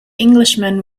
englishman